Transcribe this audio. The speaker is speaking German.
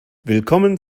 willkommen